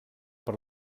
per